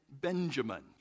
Benjamin